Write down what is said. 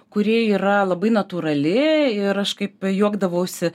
kuri yra labai natūrali ir aš kaip juokdavausi